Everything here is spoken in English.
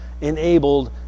enabled